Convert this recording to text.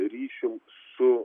ryšium su